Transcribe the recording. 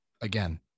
again